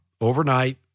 overnight